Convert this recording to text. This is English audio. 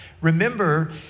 Remember